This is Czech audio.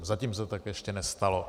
Zatím se tak ještě nestalo.